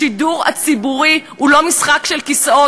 השידור הציבורי הוא לא משחק כיסאות